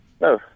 No